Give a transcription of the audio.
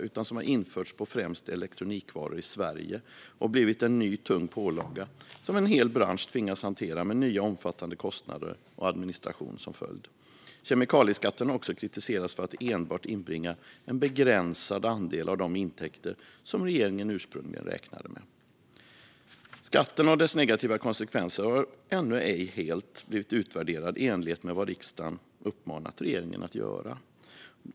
Den har införts på främst elektronikvaror i Sverige och blivit en ny tung pålaga som en hel bransch tvingas hantera med nya omfattande kostnader och administration som följd. Kemikalieskatten har också kritiserats för att enbart inbringa en begränsad andel av de intäkter som regeringen ursprungligen räknade med. Skatten och dess negativa konsekvenser är ännu ej helt utvärderad i enlighet med vad riksdagen uppmanat regeringen att göra.